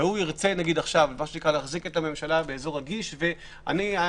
והוא ירצה להחזיק את הממשלה באזור רגיש --- מה